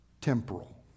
temporal